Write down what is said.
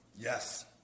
Yes